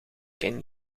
ken